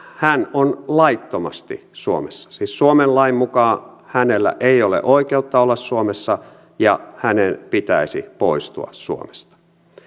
hän on laittomasti suomessa siis suomen lain mukaan hänellä ei ole oikeutta olla suomessa ja hänen pitäisi poistua suomesta